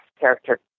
character